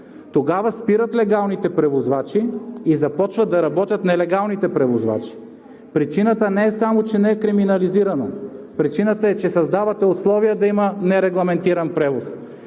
тогава спират легалните превозвачи и започват да работят нелегалните превозвачи. Причината не е само, че не е криминализирано, причината е, че създавате условия да има нерегламентиран превоз.